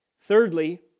Thirdly